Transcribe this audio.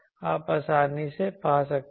आप आसानी से पा सकते हैं